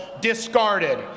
discarded